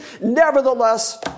nevertheless